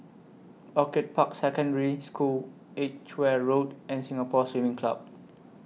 Orchid Park Secondary School Edgeware Road and Singapore Swimming Club